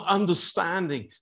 understanding